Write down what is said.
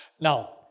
Now